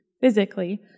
physically